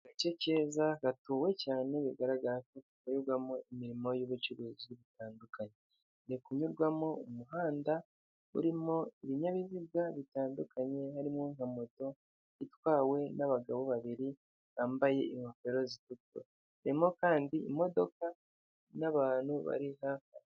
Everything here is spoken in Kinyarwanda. Agace keza gatuwe cyane bigaragara ko hakorerwamo imirimo y'ubucuruzi butandukanye hari kunyurwamo umuhanda urimo ibinyabiziga bitandukanye harimo nka moto itwawe n'abagabo babiri bambaye ingofero zitukura harimo kandi imodoka n'abantu bari hafi aho.